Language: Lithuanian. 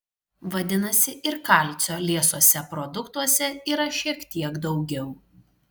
vadinasi ir kalcio liesuose produktuose yra šiek tiek daugiau